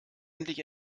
endlich